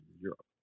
europe